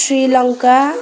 Sri Lanka